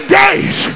days